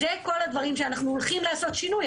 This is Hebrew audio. זה כל הדברים שאנחנו הולכים לעשות בהם שינוי.